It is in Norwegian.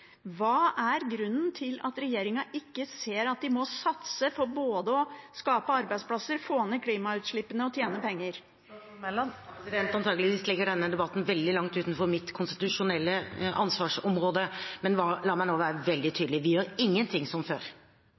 Hva er grunnen til at regjeringen ikke ser at den må satse på både å skape arbeidsplasser, få ned klimagassutslippene og tjene penger? Denne debatten ligger antageligvis veldig langt utenfor mitt konstitusjonelle ansvarsområde. Men la meg nå være veldig tydelig: Vi gjør ingenting som før.